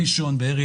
ראשון לציון,